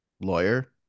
lawyer